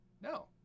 no